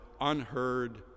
unheard